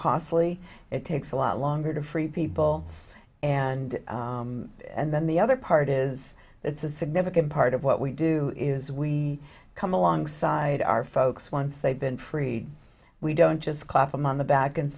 costly it takes a lot longer to free people and and then the other part is it's a significant part of what we do is we come alongside our folks once they've been freed we don't just clapham on the back and